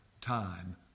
time